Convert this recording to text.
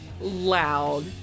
loud